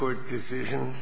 court decision